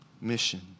mission